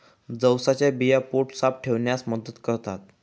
जवसाच्या बिया पोट साफ ठेवण्यास मदत करतात